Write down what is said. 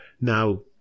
now